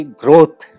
growth